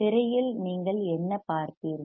திரையில் நீங்கள் என்ன பார்ப்பீர்கள்